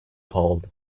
pulled